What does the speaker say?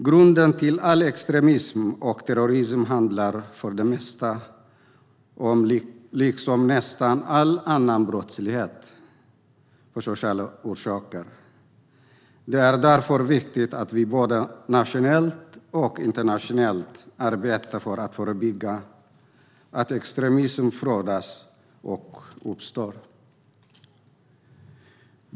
Grunden till all extremism och terrorism, liksom till nästan all annan brottslighet, handlar för det mesta om sociala orsaker. Det är därför viktigt att vi både nationellt och internationellt arbetar för att förebygga att extremism uppstår och frodas.